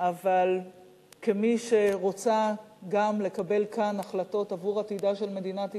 אבל כמי שרוצה גם לקבל כאן החלטות עבור עתידה של מדינת ישראל,